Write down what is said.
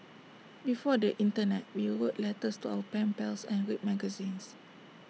before the Internet we wrote letters to our pen pals and read magazines